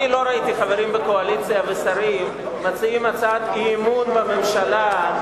אני לא ראיתי חברים בקואליציה ושרים מציעים הצעת אי-אמון בממשלה,